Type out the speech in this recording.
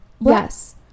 Yes